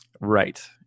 Right